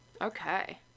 okay